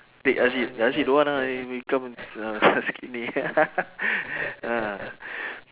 take rashid rashid don't want ah he become uh ah